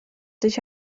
sich